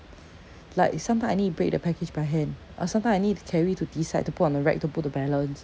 like sometime I need to break the package by hand or sometimes I need to carry to this side to put on the rack to put the balance